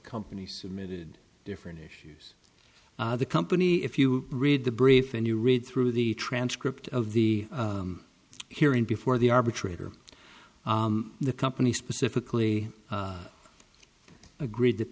company submitted different issues the company if you read the brief and you read through the transcript of the hearing before the arbitrator the company specifically agreed that